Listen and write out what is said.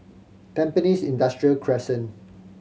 Tampines Industrial Crescent